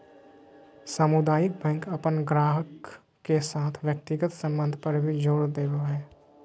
सामुदायिक बैंक अपन गाहक के साथ व्यक्तिगत संबंध पर भी जोर देवो हय